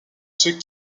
ceux